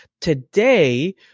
today